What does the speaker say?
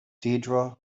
deirdre